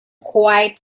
quite